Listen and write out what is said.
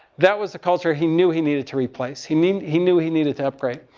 that was the culture he knew he needed to replace. he i mean he knew he needed to upgrade.